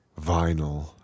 Vinyl